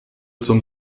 zum